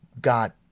got